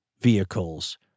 vehicles